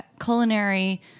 culinary